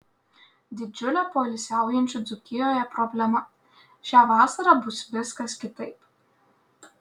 didžiulė poilsiaujančių dzūkijoje problema šią vasarą bus viskas kitaip